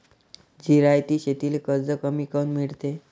जिरायती शेतीले कर्ज कमी काऊन मिळते?